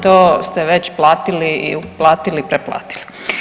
To ste već platili i uplatili i preplatili.